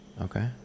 Okay